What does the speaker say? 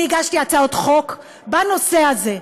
אני הגשתי הצעות חוק בנושא הזה.